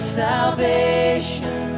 salvation